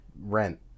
rent